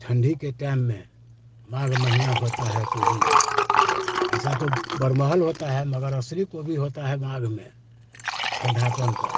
ठंडी के टाइम में माघ महीना होता है गोभी ऐसा तो बर महल होता है मगर असली गोभी होता है माघ में ठंडापन पर